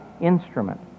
instrument